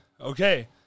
okay